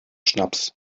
schnaps